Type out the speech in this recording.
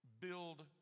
build